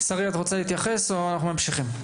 שרי את רוצה להתייחס או שאנחנו ממשיכים?